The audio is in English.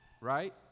right